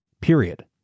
period